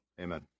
Amen